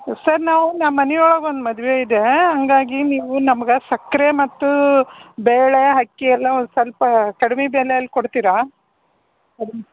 sir ನಾವು ನಮ್ಮ ಮನೆ ಒಳ್ಗೆ ಒಂದು ಮದುವೆ ಇದೆ ಹಂಗಾಗಿ ನೀವು ನಮ್ಗೆ ಸಕ್ಕರೆ ಮತ್ತು ಬೆಳೆ ಹಕ್ಕಿಯೆಲ್ಲ ಒಂದು ಸ್ವಲ್ಪ ಕಡಿಮೆ ಬೆಲೆಯಲ್ಲಿ ಕೊಡ್ತೀರಾ